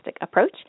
Approach